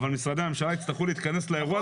אבל משרדי הממשלה יצטרכו להתכנס לאירוע